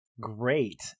great